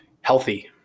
healthy